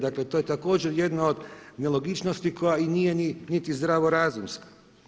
Dakle to je također jedna od nelogičnosti koja nije niti zdravorazumska.